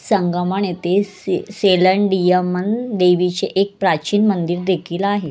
संगमम येथे से सेलंडियम्मन देवीचे एक प्राचीन मंदिर देखील आहे